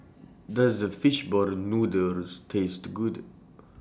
Does The Fish Ball Noodles Taste Good